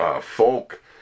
folk